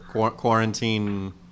quarantine